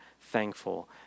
thankful